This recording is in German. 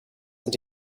und